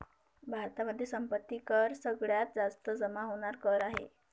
भारतामध्ये संपत्ती कर सगळ्यात जास्त जमा होणार कर आहे